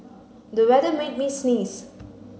the weather made me sneeze